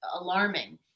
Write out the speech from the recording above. alarming